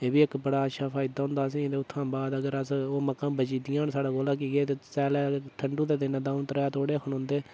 ओह्बी इक्क बड़ा अच्छा फायदा होंदा असें उत्थुआं अगर अस मक्कां बची जंदियां न साढ़े कोला की के ठंडू दे दिन द'ऊं त्रैऽ तोड़े गै खलोंदे